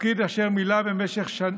תפקיד אשר מילא במשך